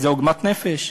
זה עוגמת נפש.